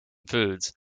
foods